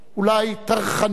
אולי טרחני.